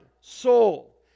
soul